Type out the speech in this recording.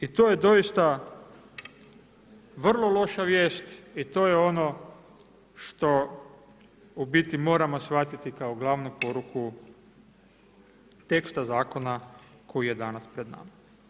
I to je doista vrlo loša vijest i to je ono što u biti moramo shvatiti kao glavnu poruku teksta zakona koji je danas pred nama.